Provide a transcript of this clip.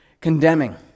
condemning